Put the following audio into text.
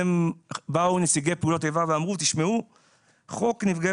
באו נציגי פעולות איבה ואמרו שחוק נפגעי